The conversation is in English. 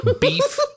beef